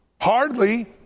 Hardly